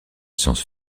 sciences